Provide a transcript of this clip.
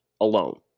alone